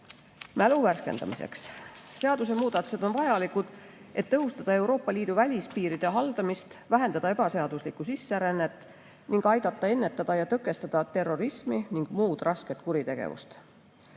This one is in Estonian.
Mälu värskendamiseks: seadusemuudatused on vajalikud, et tõhustada Euroopa Liidu välispiiride haldamist, vähendada ebaseaduslikku sisserännet ning aidata ennetada ja tõkestada terrorismi ning muud rasket kuritegevust.